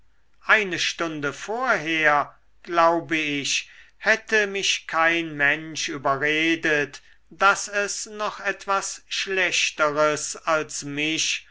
eine stunde vorher glaube ich hätte mich kein mensch überredet daß es noch etwas schlechteres als mich